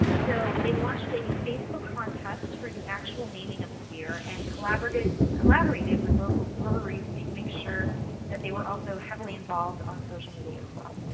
so they launched a facebook contest for the actual naming of the beer and collaborated collaborated with local breweries to make sure that they were also heavily involved on social media as well.